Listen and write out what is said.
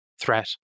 threat